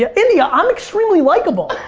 yeah india, i'm extremely likable.